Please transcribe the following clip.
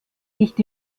nicht